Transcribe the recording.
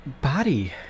body